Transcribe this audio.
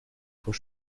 por